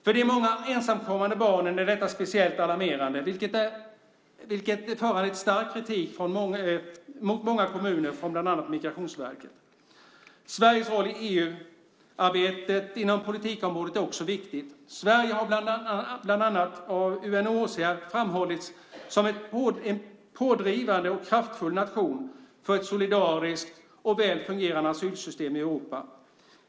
För de många ensamkommande barnen är detta speciellt alarmerande, vilket föranlett stark kritik mot många kommuner från bland annat Migrationsverket. Sveriges roll i EU-arbetet inom politikområdet är också viktigt. Sverige har av bland annat UNHCR framhållits som en pådrivande och kraftfull nation för ett solidariskt och väl fungerande asylsystem i Europa.